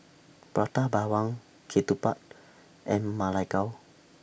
Prata Bawang Ketupat and Ma Lai Gao